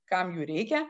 kam jų reikia